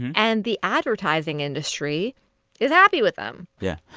and the advertising industry is happy with them yeah.